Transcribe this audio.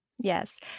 Yes